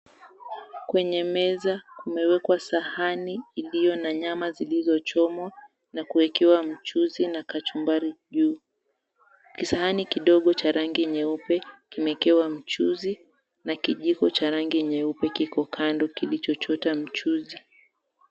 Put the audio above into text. Kwenye meza, kumewekwa sahani iliyo na nyama zilizochomwa, na kuwekewa mchuzi na kachumbari juu. Kisahani kidogo cha rangi nyeupe, kimeekewa mchuzi, na kijiko cha rangi nyeupe kiko kando, kilichochota mchuzi.